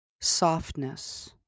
softness